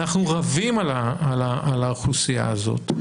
אנחנו רבים על האוכלוסייה הזאת.